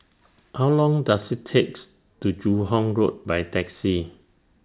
How Long Does IT takes to Joo Hong Road By Taxi